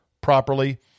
properly